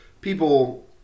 people